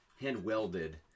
hand-welded